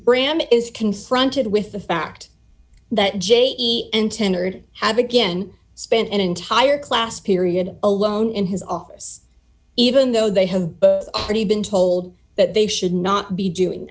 bram is constructed with the fact that je and tendered have again spent an entire class period alone in his office even though they have already been told that they should not be doing